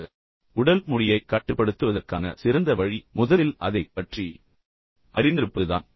இப்போது உடல் மொழியைக் கட்டுப்படுத்துவதற்கான சிறந்த வழி முதலில் அதைப் பற்றி அறிந்திருப்பதுதான்